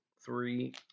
three